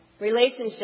relationship